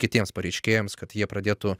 kitiems pareiškėjams kad jie pradėtų